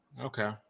Okay